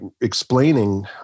explaining